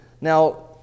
Now